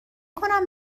کنم